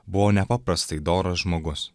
buvo nepaprastai doras žmogus